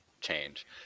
change